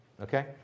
okay